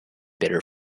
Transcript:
bitter